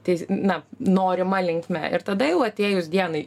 tai na norima linkme ir tada jau atėjus dienai